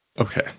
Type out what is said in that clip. Okay